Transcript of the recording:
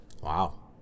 Wow